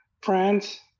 France